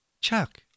Chuck